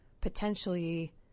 potentially